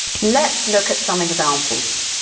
let's look at some examples